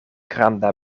granda